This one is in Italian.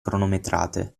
cronometrate